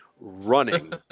running